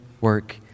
work